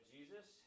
Jesus